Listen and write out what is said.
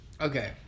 Okay